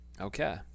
Okay